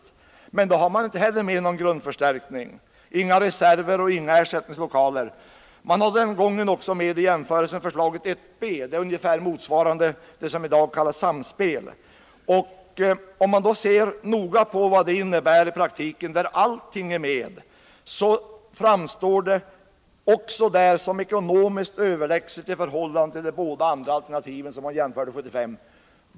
Men inte heller där har man räknat med kostnader för grundförstärkning, reserver och ersättningslokaler. I samma betänkande redovisas också förslaget I b, som ungefär motsvarar det alternativ vilket i dag kallas Samspel. Om man gör en noggrann genomgång av alla i praktiken uppkommande kostnader framstår detta redan då som ekonomiskt överlägset i förhållande till de båda andra alternativ som förelåg år 1975.